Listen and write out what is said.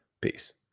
Peace